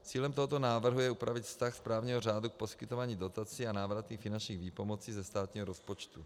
Cílem tohoto návrhu je upravit vztah správního řádu k poskytování dotací a návratných finančních výpomocí ze státního rozpočtu.